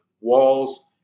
walls